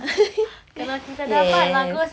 ya